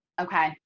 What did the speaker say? Okay